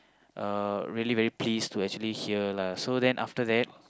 uh really very pleased to actually hear lah so then after that